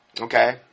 okay